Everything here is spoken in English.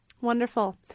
Wonderful